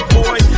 boy